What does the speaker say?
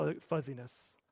fuzziness